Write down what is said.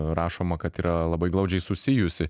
rašoma kad yra labai glaudžiai susijusi